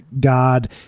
God